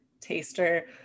taster